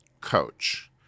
coach